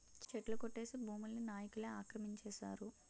చెట్లు కొట్టేసి భూముల్ని నాయికులే ఆక్రమించేశారు